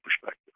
perspective